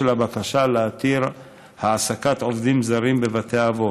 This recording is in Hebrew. הבקשה להתיר העסקת עובדים זרים בבתי אבות.